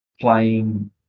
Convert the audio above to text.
playing